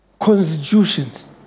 constitutions